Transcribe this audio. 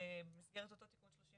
במסגרת אותו תיקון 34,